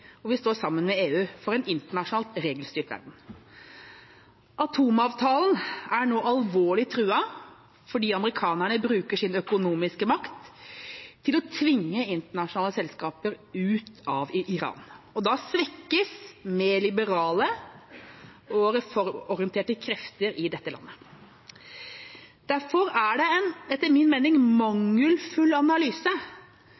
vi står sammen med EU for en internasjonalt regelstyrt verden. Atomavtalen er nå alvorlig truet fordi amerikanerne bruker sin økonomiske makt til å tvinge internasjonale selskaper ut av Iran. Da svekkes mer liberale og reformorienterte krefter i dette landet. Derfor er det etter min mening